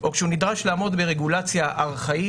או כשהוא נדרש לעמוד ברגולציה ארכאית,